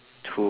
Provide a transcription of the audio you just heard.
who